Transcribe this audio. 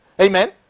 amen